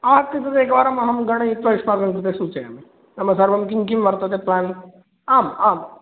अस्तु तदेकवारम् अहं गणयित्वा युष्माकं कृते सूचयामि नाम सर्वं किं किं वर्तते प्लेन् आम् आम्